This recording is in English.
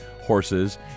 horses